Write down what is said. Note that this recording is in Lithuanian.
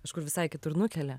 kažkur visai kitur nukelia